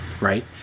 right